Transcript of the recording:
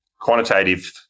quantitative